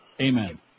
Amen